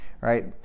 right